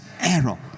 Error